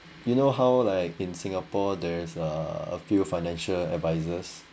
you know how like in singapore there is err a few financial advisors